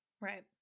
Right